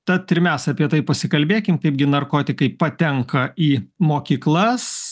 tad ir mes apie tai pasikalbėkim kaipgi narkotikai patenka į mokyklas